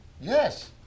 yes